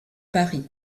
paris